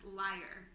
liar